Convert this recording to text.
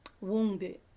wounded